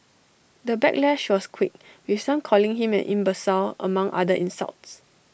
the backlash was quick with some calling him an imbecile among other insults